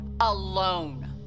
alone